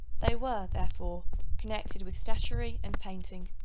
they were, therefore connected with statuary and painting,